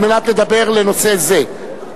על מנת לדבר בנושא זה.